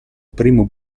primo